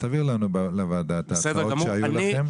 תעביר לוועדה את התוכניות שהיו לכם.